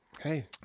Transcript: Hey